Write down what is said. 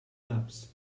maps